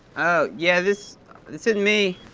yeah, this this isn't me.